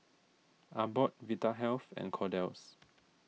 Abbott Vitahealth and Kordel's